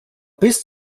bis